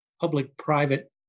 public-private